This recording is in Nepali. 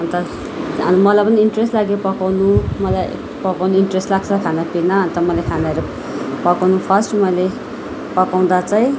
अन्त मलाई पनि इन्ट्रेस्ट लाग्यो पकाउनु मलाई पकाउन इन्ट्रेस्ट लाग्छ खाना पिना अन्त खानाहरू पकाउनु फर्स्ट मैले पकाउँदा चाहिँ